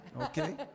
Okay